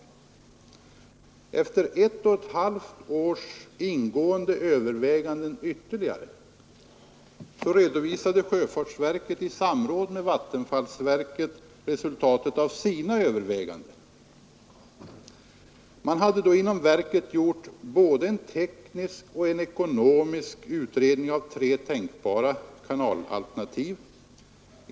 Efter ett och ett halvt års ytterligare ingående överväganden redovisade sjöfartsverket i samråd med vattenfallsverket resultatet av sina överväganden. Man hade då inom verket gjort både en teknisk och en ekonomisk utredning av tre tänkbara kanalalternativ.